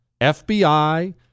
FBI